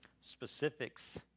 Specifics